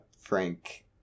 frank